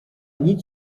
nic